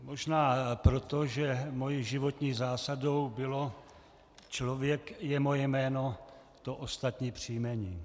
Možná proto, že mou životní zásadou bylo: člověk je moje jméno, to ostatní příjmení.